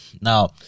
now